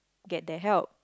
get the help